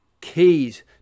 keys